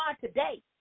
today